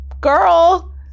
girl